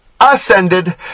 Ascended